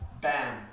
Bam